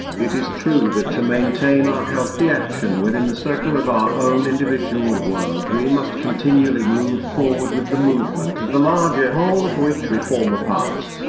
it is true that to maintain our healthy action within the circle of our own individual world we must continually move forward with the movement of the larger whole of which we form a part.